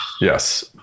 Yes